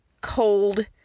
cold